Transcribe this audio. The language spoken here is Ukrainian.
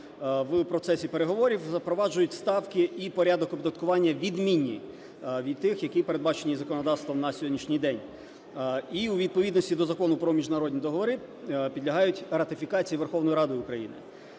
в процесі переговорів, запроваджують ставки і порядок оподаткування, відмінні від тих, які передбачені законодавством на сьогоднішній день, і у відповідності до Закону про міжнародні договори підлягають ратифікації Верховної Ради України.